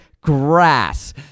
grass